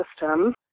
system